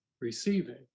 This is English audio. receiving